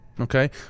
okay